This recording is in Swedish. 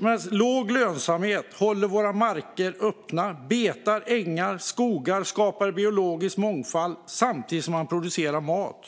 Med låg lönsamhet håller människor våra marker öppna. Betade ängar och skogar skapar biologisk mångfald, och samtidigt produceras mat.